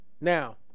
Now